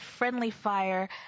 friendlyfire